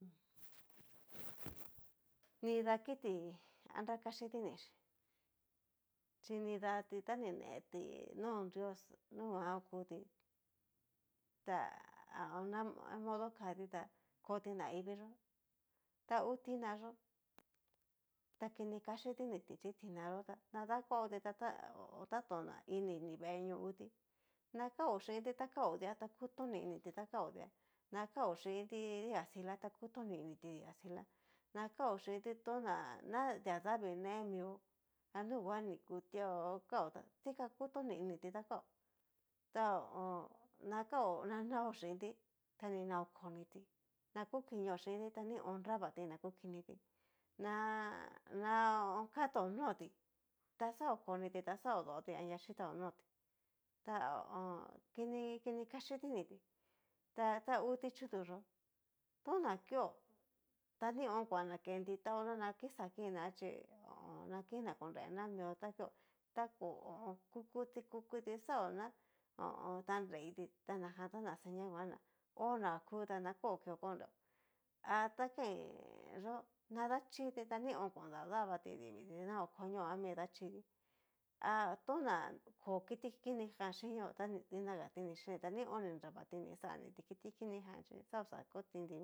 Nrida kiti a kachi nidichí, chi nidati ta ni neti no drios nunguan okutí, ta ha namodo katí tá koti naivii yó ta ngu ina yó, ta kini kaxhi diniti chi tina yó tá dakuao ti tá tatonña ini veenio ngutí, na kao chinti ta kao di'a ta kutoni initi ta kao di'a, na kao chinti dikastila ta kutoni initi dikastilá na kaó chinti toná ña deadavii ne mió a nunguan ni kutuamio kao tá dikan kutoni initi nunguan kao tá ho o on. na kaó na naó chinti ta ni na okoniti na kukinio xhinti, ta nion nravati na kukinití, na- na kató noti ta xaokoniti ta xaodoti anria yitaó notí, ta ho o on. kini kini kaxhí diniti, ta ta ngu ti'chutu yó tona kio ta nion kuan nakenti taó na nakixakina chí na kina konrena mio nra kió, ta hó kukuti kukuti xao ta nreiti najanta xa seña nguan ná onaku ta ná kókio konreo a ta kain yo nadachíti ta nion kon dadabatí diviti na hó konio ami dachití, ha tona ko kiti kinijan xhinio ta dinaga ti ni chini ta nión ni narvatí ni xaniti kiti kinijan chí xa oxa ku tinti.